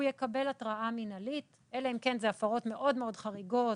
הוא יקבל התראה מינהלית אלא אם כן אלה הפרות מאוד מאוד חריגות